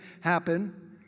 happen